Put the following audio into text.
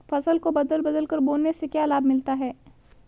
फसल को बदल बदल कर बोने से क्या लाभ मिलता है?